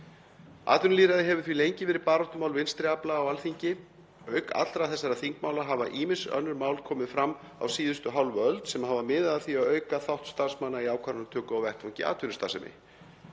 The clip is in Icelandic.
Atvinnulýðræði hefur því lengi verið baráttumál vinstri afla á Alþingi. Auk allra þessara þingmála hafa ýmis önnur mál komi fram á síðustu hálfu öld sem hafa miðað að því að auka þátt starfsmanna í ákvarðanatöku á vettvangi atvinnustarfsemi.